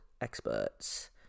experts